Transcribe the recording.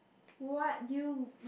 what you